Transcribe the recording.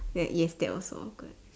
that yes that was so awkward